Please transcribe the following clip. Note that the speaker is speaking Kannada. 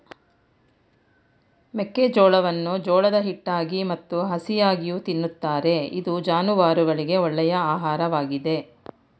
ಮೆಕ್ಕೆಜೋಳವನ್ನು ಜೋಳದ ಹಿಟ್ಟಾಗಿ ಮತ್ತು ಹಸಿಯಾಗಿಯೂ ತಿನ್ನುತ್ತಾರೆ ಇದು ಜಾನುವಾರುಗಳಿಗೆ ಒಳ್ಳೆಯ ಆಹಾರವಾಗಿದೆ